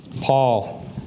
Paul